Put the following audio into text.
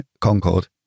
Concorde